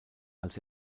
als